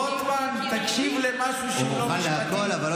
רוטמן, תקשיב למשהו שהוא לא משפטי אבל זה חשוב.